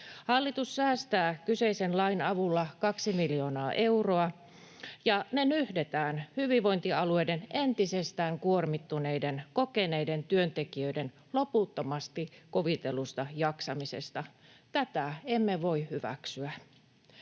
Hallitus säästää kyseisen lain avulla kaksi miljoonaa euroa, ja ne nyhdetään hyvinvointialueiden entisestään kuormittuneiden kokeneiden työntekijöiden loputtomaksi kuvitellusta jaksamisesta. Tätä emme voi hyväksyä.